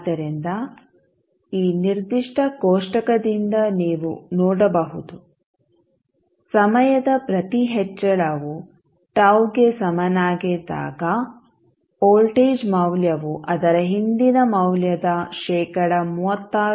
ಆದ್ದರಿಂದ ಈ ನಿರ್ದಿಷ್ಟ ಕೋಷ್ಟಕದಿಂದ ನೀವು ನೋಡಬಹುದು ಸಮಯದ ಪ್ರತಿ ಹೆಚ್ಚಳವು τ ಗೆ ಸಮನಾಗಿದ್ದಾಗ ವೋಲ್ಟೇಜ್ ಮೌಲ್ಯವು ಅದರ ಹಿಂದಿನ ಮೌಲ್ಯದ ಶೇಕಡಾ 36